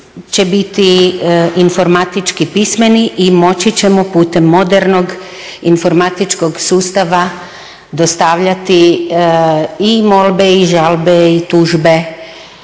će biti informatički pismeni i moći ćemo putem modernog informatičkog sustava dostavljati i molbe i žalbe i tužbe